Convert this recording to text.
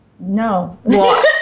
No